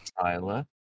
Tyler